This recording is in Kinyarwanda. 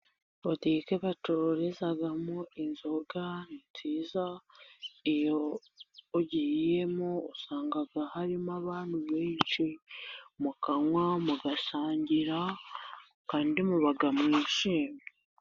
Butiki bacururizamo inzoga ni nziza, iyo ugiyemo usanga harimo abantu benshi, mukanywa, mugasangira, kandi muba mwishimye.